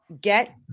get